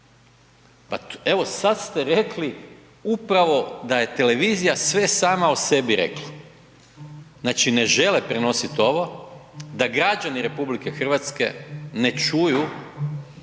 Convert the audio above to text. Pa evo sad ste rekli upravo da je televizija sve sama o sebi rekla, znači ne žele prenosit ovo da građani RH ne čuju